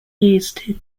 used